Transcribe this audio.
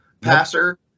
passer